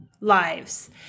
lives